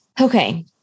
Okay